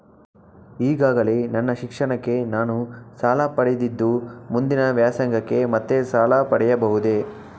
ಈಗಾಗಲೇ ನನ್ನ ಶಿಕ್ಷಣಕ್ಕೆ ನಾನು ಸಾಲ ಪಡೆದಿದ್ದು ಮುಂದಿನ ವ್ಯಾಸಂಗಕ್ಕೆ ಮತ್ತೆ ಸಾಲ ಪಡೆಯಬಹುದೇ?